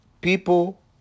People